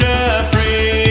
Jeffrey